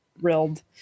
thrilled